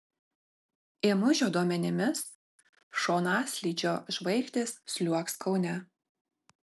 ėmužio duomenimis šonaslydžio žvaigždės sliuogs kaune